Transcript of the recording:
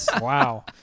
wow